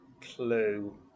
clue